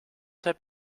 heb